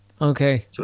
Okay